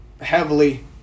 heavily